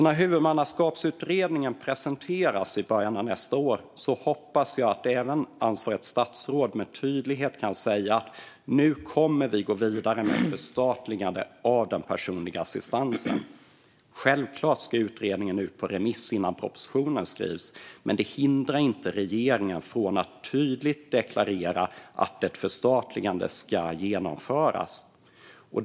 När huvudmannaskapsutredningen presenteras i början av nästa år hoppas jag att även ansvarigt statsråd med tydlighet kan säga att man kommer att gå vidare med ett förstatligande av den personliga assistansen. Självklart ska utredningen ut på remiss innan propositionen skrivs, men det hindrar inte regeringen från att tydligt deklarera att ett förstatligande ska genomföras.